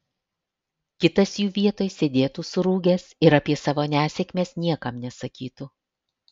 kitas jų vietoj sėdėtų surūgęs ir apie savo nesėkmes niekam nesakytų